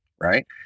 right